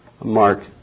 Mark